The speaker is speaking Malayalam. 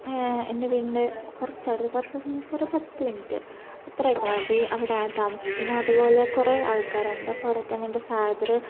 എൻ്റെ വീടിൻ്റെ കുറച്ച് അടുത്ത് കുറച്ച് എന്നു വച്ചാൽ ഒരു പത്ത് മിനിറ്റ് അത്രയൊക്കെ മതി അവിടെ താമസിക്കുന്ന അതുപോലെ കുറേ ആൾക്കാരുണ്ട് ആ പുരയിൽത്തന്നെ എൻ്റെ ഫാദറ്